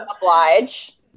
Oblige